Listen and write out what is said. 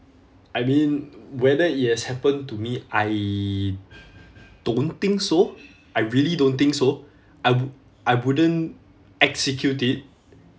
I mean whether it has happened to me I don't think so I really don't think so I wou~ I wouldn't execute it